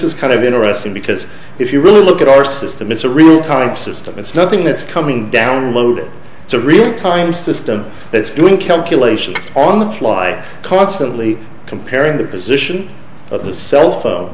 is kind of interesting because if you really look at our system it's a real time system it's nothing that's coming down loaded to real time system that's doing calculations on the fly constantly comparing the position of the cel